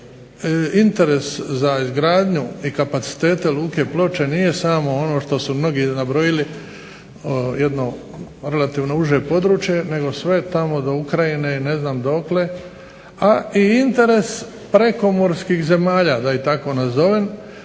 interes za izgradnju i kapacitete luke Ploče nije samo ono što su mnogi nabrojili jedno relativno uže područje nego sve tamo do Ukrajine i do ne znam gdje ali i interes prekomorskih zemalja koji smatraju